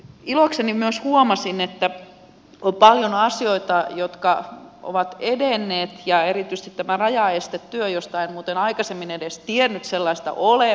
ilokseni myös huomasin että on paljon asioita jotka ovat edenneet ja erityisesti tämä rajaestetyö jollaista en muuten aikaisemmin edes tiennyt olevan